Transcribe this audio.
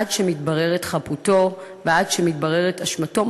עד שמתבררת חפותו או עד שמתבררת אשמתו,